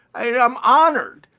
i'm honored.